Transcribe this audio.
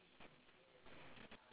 oh ya ya ya okay